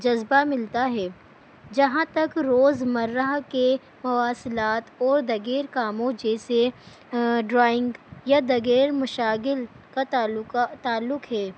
جذبہ ملتا ہے جہاں تک روز مرہ کے مواصلات اور دیگر کاموں جیسے ڈرائنگ یا دگیر مشاغل کا تعلق ہے